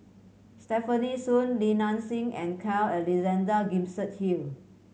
Stefanie Sun Li Nanxing and Carl Alexander Gibson Hill